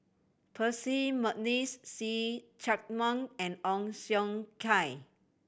Percy McNeice See Chak Mun and Ong Siong Kai